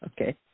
Okay